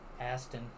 Aston